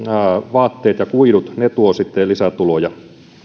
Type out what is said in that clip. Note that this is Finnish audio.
vaatteet ja kuidut tuovat lisätuloja